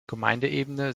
gemeindeebene